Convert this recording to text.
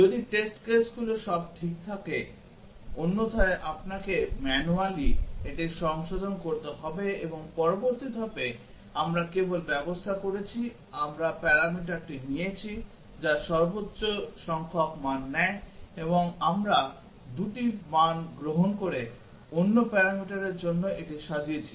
যদি টেস্ট কেসগুলো সব ঠিক থাকে অন্যথায় আপনাকে ম্যানুয়ালি এটি সংশোধন করতে হবে এবং এখন পরবর্তী ধাপে আমরা কেবল ব্যবস্থা করেছি আমরা প্যারামিটারটি নিয়েছি যা সর্বোচ্চ সংখ্যক মান নেয় এবং আমরা 2 টি মান গ্রহণ করে অন্য প্যারামিটারের জন্য এটি সাজিয়েছি